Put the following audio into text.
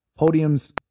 Podiums